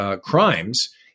crimes